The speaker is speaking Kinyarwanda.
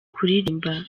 kuririmba